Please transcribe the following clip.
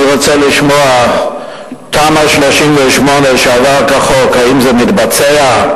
אני רוצה לשמוע, תמ"א 38 שעבר כחוק, האם זה מתבצע?